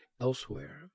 elsewhere